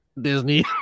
Disney